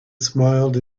smiled